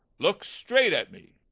look straight at me.